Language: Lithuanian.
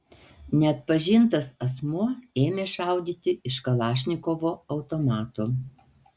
neatpažintas asmuo ėmė šaudyti iš kalašnikovo automato